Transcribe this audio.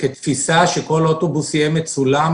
כתפיסה, שכל אוטובוס יהיה מצולם?